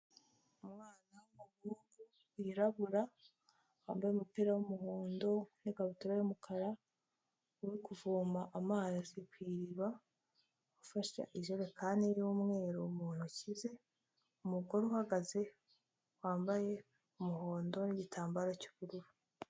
Umwana w'umuhungu wirabura wambaye umupira w'umuhondo n'ikabutura y'umukara uri kuvoma amazi ku iriba ufasha ijerekani y'umweru mu ntoki ze umugore uhagaze wambaye umuhondo n'igitambaro cy'ubururu.